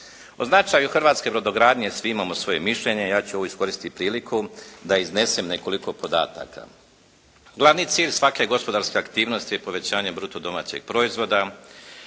O značaju hrvatske brodogradnje svi imamo svoje mišljenje. Ja ću ovo iskoristiti priliku da iznesem nekoliko podataka. Glavni cilj svake gospodarske aktivnosti je povećanje bruto domaćeg proizvoda